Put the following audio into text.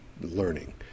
learning